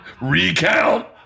Recount